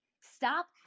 Stop